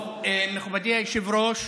מכובדי היושב-ראש,